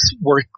work